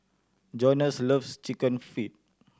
Jonas loves Chicken Feet